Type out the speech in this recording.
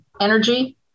energy